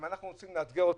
אם אנחנו רוצים לאתגר אותך,